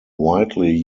widely